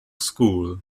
school